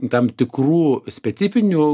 tam tikrų specifinių